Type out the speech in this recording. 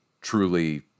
truly